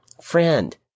Friend